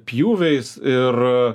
pjūviais ir